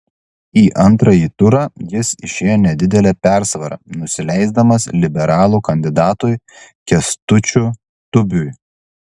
į antrąjį turą jis išėjo nedidele persvara nusileisdamas liberalų kandidatui kęstučiu tubiui